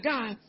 God